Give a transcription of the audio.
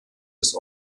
des